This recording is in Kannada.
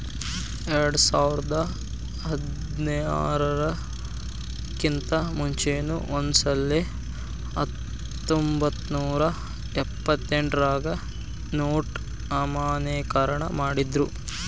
ಎರ್ಡ್ಸಾವರ್ದಾ ಹದ್ನಾರರ್ ಕಿಂತಾ ಮುಂಚೆನೂ ಒಂದಸಲೆ ಹತ್ತೊಂಬತ್ನೂರಾ ಎಪ್ಪತ್ತೆಂಟ್ರಾಗ ನೊಟ್ ಅಮಾನ್ಯೇಕರಣ ಮಾಡಿದ್ರು